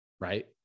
right